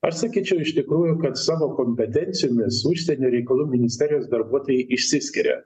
aš sakyčiau iš tikrųjų kad savo kompetencijomis užsienio reikalų ministerijos darbuotojai išsiskiria